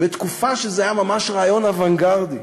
בתקופה שזה היה ממש רעיון אוונגרדי.